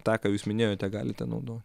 tą ką jūs minėjote galite naudo